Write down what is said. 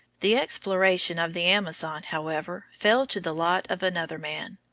the exploration of the amazon, however, fell to the lot of another man,